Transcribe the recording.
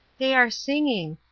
they are singing.